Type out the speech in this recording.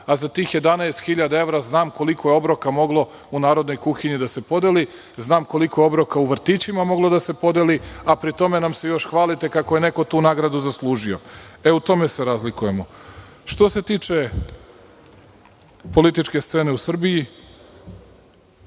a za tih 11.000 evra znam koliko je obroka moglo u narodnoj kuhinji da se podeli, znam koliko je obroka u vrtićima moglo da se podeli, a pri tome nam se još i hvalite kako je neko tu nagradu zaslužio. E u tome se razlikujemo. Što se tiče političke scene u Srbiji